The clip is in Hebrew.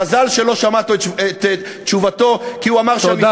מזל שלא שמעת את תשובתו, כי הוא אמר, תודה.